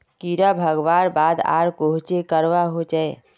कीड़ा भगवार बाद आर कोहचे करवा होचए?